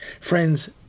Friends